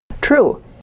True